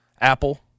Apple